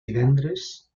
divendres